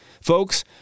folks